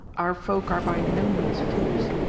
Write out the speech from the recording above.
our folk are by no means fools.